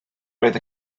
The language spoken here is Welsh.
roedd